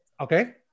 Okay